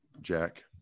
Jack